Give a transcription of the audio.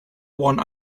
one